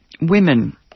women